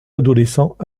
adolescents